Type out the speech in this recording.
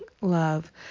love